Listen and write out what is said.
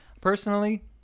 personally